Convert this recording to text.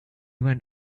went